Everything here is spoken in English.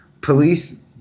Police